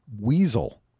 weasel